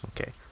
okay